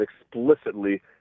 explicitly